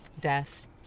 death